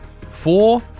Four